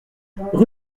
rue